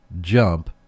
jump